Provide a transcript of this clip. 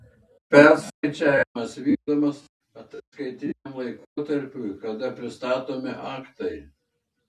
perskaičiavimas vykdomas ataskaitiniam laikotarpiui kada pristatomi aktai